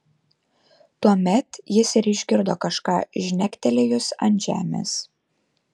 tuomet jis ir išgirdo kažką žnektelėjus ant žemės